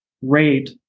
rate